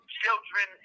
children